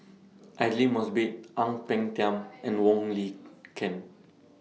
Aidli Mosbit Ang Peng Tiam and Wong Lin Ken